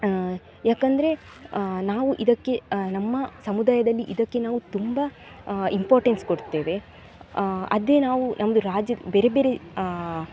ಯಾಕಂದರೆ ನಾವು ಇದಕ್ಕೆ ನಮ್ಮ ಸಮುದಾಯದಲ್ಲಿ ಇದಕ್ಕೆ ನಾವು ತುಂಬ ಇಂಪೋಟೆನ್ಸ್ ಕೊಡ್ತೇವೆ ಅದೇ ನಾವು ನಮ್ಮದು ರಾಜ್ಯ ಬೇರೆ ಬೇರೆ